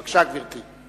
בבקשה, גברתי.